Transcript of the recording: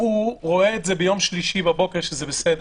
הבנק רואה ביום שלישי בבוקר שהשיק הזה בסדר,